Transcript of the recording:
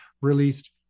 released